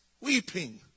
weeping